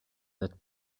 that